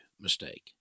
mistake